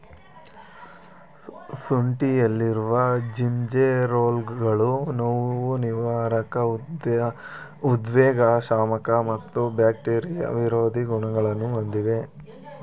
ಶುಂಠಿಯಲ್ಲಿರುವ ಜಿಂಜೆರೋಲ್ಗಳು ನೋವುನಿವಾರಕ ಉದ್ವೇಗಶಾಮಕ ಮತ್ತು ಬ್ಯಾಕ್ಟೀರಿಯಾ ವಿರೋಧಿ ಗುಣಗಳನ್ನು ಹೊಂದಿವೆ